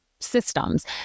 systems